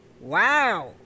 Wow